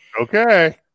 okay